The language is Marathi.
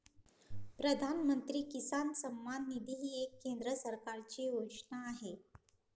प्रधानमंत्री किसान सन्मान निधी ही केंद्र सरकारची योजना आहे